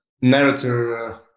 narrator